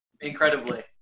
Incredibly